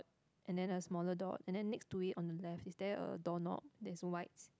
and then a smaller dot and then next to it on the left is there a doorknob that's whites